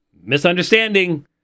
misunderstanding